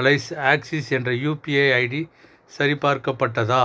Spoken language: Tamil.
அலைஸ் ஆக்சிஸ் என்ற யுபிஐ ஐடி சரிபார்க்கப்பட்டதா